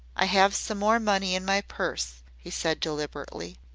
i have some more money in my purse, he said deliberately.